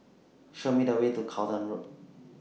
Show Me The Way to Charlton Road